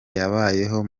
yabayeho